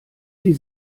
sie